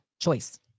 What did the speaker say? Choice